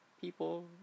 people